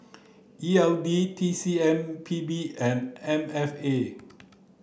E L D T C M P B and M F A